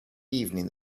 evening